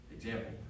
Example